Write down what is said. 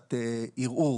להגשת ערעור